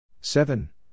Seven